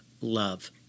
love